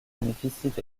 bénéficient